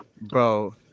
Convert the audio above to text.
Bro